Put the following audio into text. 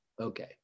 Okay